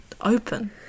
open